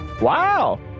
Wow